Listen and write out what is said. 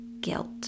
guilt